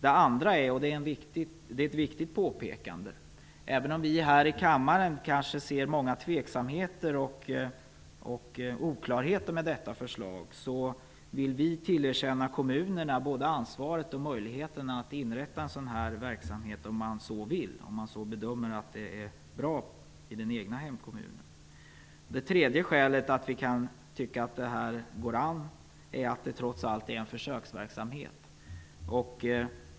Det andra är att även om vi här i kammaren ser många tveksamheter och oklarheter i detta förslag vill vi tillerkänna kommunerna både ansvaret och möjligheten att inrätta en sådan här verksamhet i den egna hemkommunen, om de bedömer att det är bra. Detta är viktigt. Det tredje skälet till att vi tycker att det här går an är att det trots allt är en försöksverksamhet.